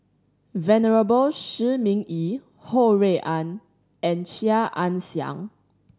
Venerable Shi Ming Yi Ho Rui An and Chia Ann Siang